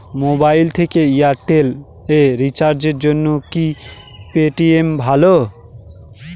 Mobile থেকে Airtel এ রিচার্জের জন্য কি পেটিএম ভালো?